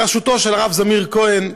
בראשותו של הרב זמיר כהן,